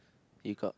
you got